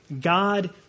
God